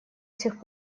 сих